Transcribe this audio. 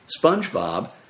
SpongeBob